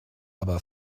aber